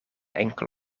enkel